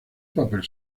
papel